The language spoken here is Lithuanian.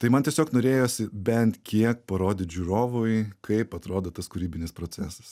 tai man tiesiog norėjosi bent kiek parodyt žiūrovui kaip atrodo tas kūrybinis procesas